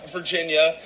Virginia